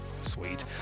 Sweet